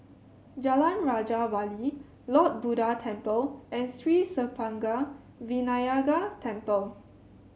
Jalan Raja Wali Lord Buddha Temple and Sri Senpaga Vinayagar Temple